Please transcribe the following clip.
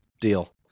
Deal